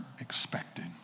expected